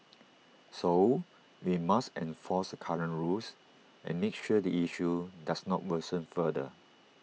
so we must enforce the current rules and make sure the issue does not worsen further